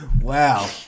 Wow